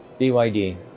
BYD